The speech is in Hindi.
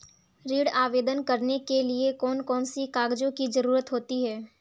ऋण आवेदन करने के लिए कौन कौन से कागजों की जरूरत होती है?